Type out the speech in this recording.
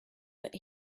that